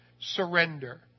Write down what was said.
surrender